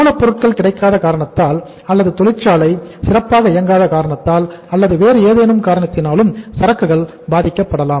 மூலப்பொருள் கிடைக்காத காரணத்தால் அல்லது தொழிற்சாலை சிறப்பாக இயங்காத காரணத்தால் அல்லது வேறு ஏதேனும் காரணத்தினாலும் சரக்குகள் பாதிக்கப்படலாம்